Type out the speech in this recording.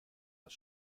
das